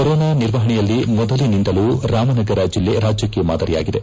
corona ನಿರ್ವಹಣೆಯಲ್ಲಿ ಮೊದಲಿನಿಂದಲೂ ರಾಮನಗರ ಜಿಲ್ಲೆ ರಾಜ್ಯಕ್ಷೆ ಮಾದರಿಯಾಗಿದೆ